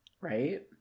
Right